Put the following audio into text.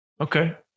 Okay